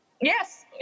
Yes